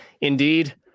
Indeed